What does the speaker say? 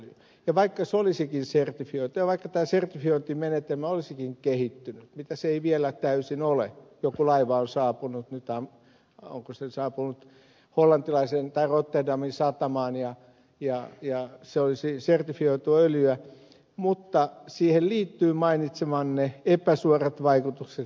vaikka se olisikin sertifioitu ja vaikka tämä sertifiointimenetelmä olisikin kehittynyt mitä se ei vielä täysin ole ja vaikka joku laiva on saapunut onko se saapunut hollantilaiseen rotterdamin satamaan ja siinä olisi sertifioitua öljyä siihen liittyy mainitsemanne epäsuorat vaikutukset maankäyttöön